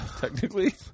Technically